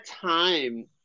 time